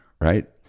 right